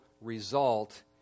result